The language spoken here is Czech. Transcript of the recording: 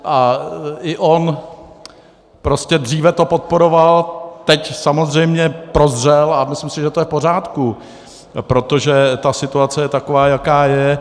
A i on prostě dříve to podporoval, teď samozřejmě prozřel a myslím si, že to je v pořádku, protože situace je taková, jaká je.